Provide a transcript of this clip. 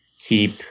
keep